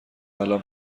الان